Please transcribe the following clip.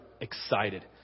excited